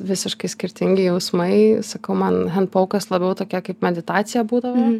visiškai skirtingi jausmai sakau man paukas labiau tokia kaip meditacija būdavo